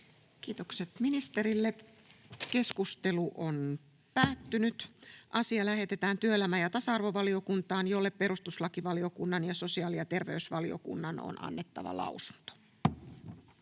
asia. Puhemiesneuvosto ehdottaa, että asia lähetetään työelämä- ja tasa-arvovaliokuntaan, jolle perustuslakivaliokunnan ja sosiaali- ja terveysvaliokunnan on annettava lausunto.